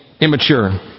immature